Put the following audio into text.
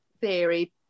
Theory